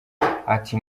ati